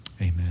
Amen